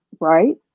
right